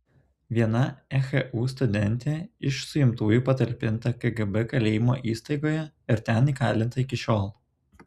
viena ehu studentė iš suimtųjų patalpinta kgb kalėjimo įstaigoje ir ten įkalinta iki šiol